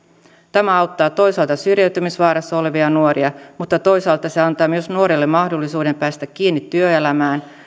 tämä auttaa toisaalta syrjäytymisvaarassa olevia nuoria mutta toisaalta se antaa myös nuorelle mahdollisuuden päästä kiinni työelämään